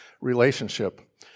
relationship